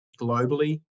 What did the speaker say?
globally